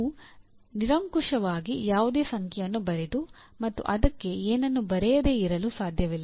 ನೀವು ನಿರಂಕುಶವಾಗಿ ಯಾವುದೇ ಸಂಖ್ಯೆಯನ್ನು ಬರೆದು ಮತ್ತು ಅದಕ್ಕೆ ಏನನ್ನು ಬರೆಯದೇ ಇರಲು ಸಾಧ್ಯವಿಲ್ಲ